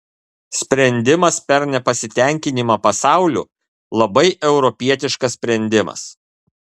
sprendimas per nepasitenkinimą pasauliu labai europietiškas sprendimas